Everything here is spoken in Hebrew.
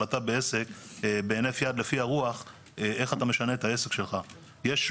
אין שום היגיון לייצר פה במדינת ישראל סלים רב פעמיים.